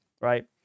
right